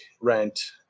rent